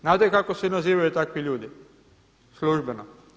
Znate kako se nazivaju takvi ljudi, službeno?